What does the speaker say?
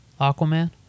Aquaman